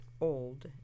old